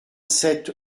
sept